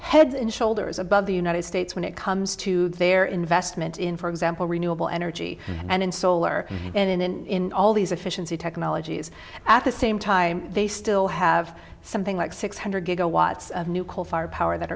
head and shoulders above the united states when it comes to their investment in for example renewable energy and in solar and in all these efficiency technologies at the same time they still have something like six hundred gigawatts of new coal fired power that